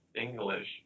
English